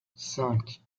cinq